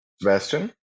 Sebastian